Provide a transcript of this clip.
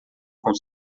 com